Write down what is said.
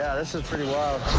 this is pretty wild.